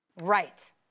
Right